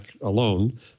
alone